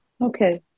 Okay